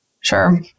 Sure